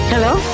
Hello